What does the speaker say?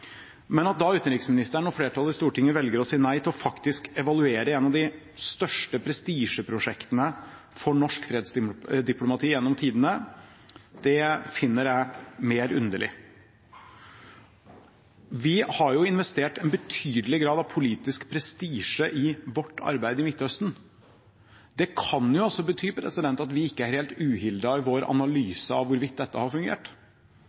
Men at utenriksministeren og flertallet i Stortinget da velger å si nei til faktisk å evaluere et av de største prestisjeprosjektene for norsk fredsdiplomati gjennom tidene, finner jeg mer underlig. Vi har jo investert en betydelig grad av politisk prestisje i vårt arbeid i Midtøsten. Det kan også bety at vi ikke er helt uhildet i vår analyse av hvorvidt dette har fungert.